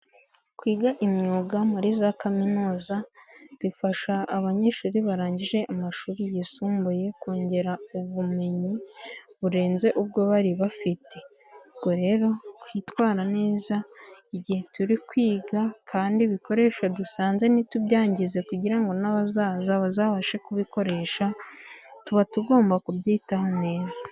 Kwiga imyuga muri za kaminuza bifasha abanyeshuri barangije amashuri yisumbuye kongera ubumenyi burenze ubwo bari bafite, ubwo rero twitwara neza igihe turi kwiga kandi ibikoresho dusanze nitubyangize kugira ngo n'abazaza bazabashe kubikoresha, tuba tugomba kubyitaho neza.